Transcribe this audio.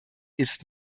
ist